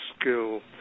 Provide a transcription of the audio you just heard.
skill